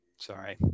Sorry